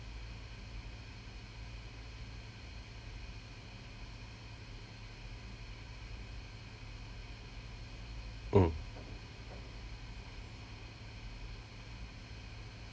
mm